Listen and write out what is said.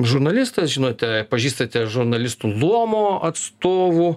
žurnalistas žinote pažįstate žurnalistų luomo atstovų